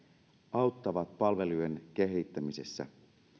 auttavat palveluiden kehittämisessä